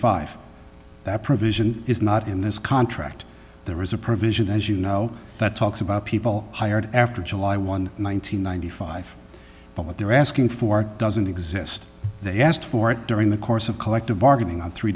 five that provision is not in this contract there was a provision as you know that talks about people hired after july one thousand nine hundred and ninety five but what they're asking for doesn't exist they asked for it during the course of collective bargaining on three